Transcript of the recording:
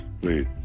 please